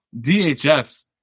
DHS